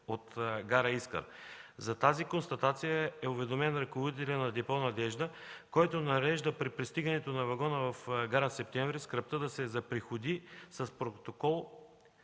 от гара Искър. За тази констатация е уведомен ръководителят на Депо „Надежда”, който нарежда при пристигането на вагона в гара Септември скрапта да се заприходи с протокол